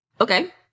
Okay